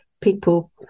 People